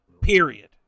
period